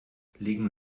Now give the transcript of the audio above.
legen